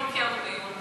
אתמול קיימנו דיון,